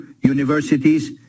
universities